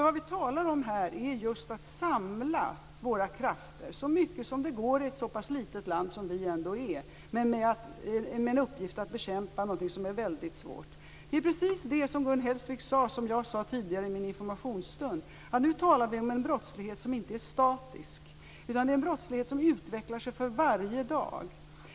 Vad vi talar om är just att vi skall samla våra krafter så mycket som det går i ett så pass litet land som Sverige ändå är för att bekämpa någonting som är väldigt svårt. Precis det som Gun Hellsvik sade, sade jag tidigare i min informationsstund, att vi talar om en brottslighet som inte är statisk, utan det är fråga om en brottslighet som utvecklas för varje dag.